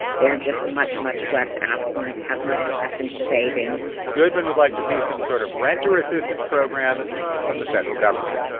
they're just much, much less affluent, have much less in savings goodman would like to see some sort of renter assistance program from the federal government